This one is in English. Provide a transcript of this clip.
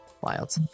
Wild